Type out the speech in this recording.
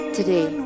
today